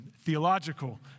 theological